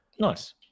Nice